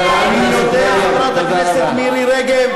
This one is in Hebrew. מירי.